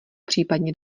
případně